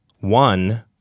one